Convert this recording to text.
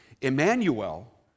Emmanuel